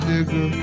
Nigga